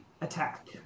attack